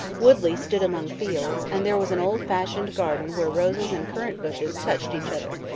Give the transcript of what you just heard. woodley stood among fields and there was an old-fashioned garden where roses and currant-bushes touched each other,